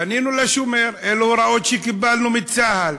פנינו לשומר, אלו ההוראות שקיבלנו מצה"ל.